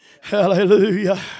Hallelujah